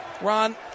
Ron